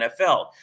NFL